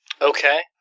Okay